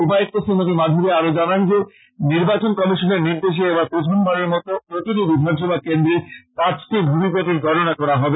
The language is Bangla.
উপায়ুক্ত শ্রীমতি মাদ্দুরী আরো জানান যে নির্বাচন কমিশনের নির্দেশে এবার প্রথমবারের মতো প্রতিটি বিধানসভা কেন্দ্রে পাঁচটি ভিভিপেটের গননা করা হবে